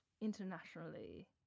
internationally